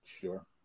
sure